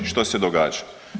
Što se događa?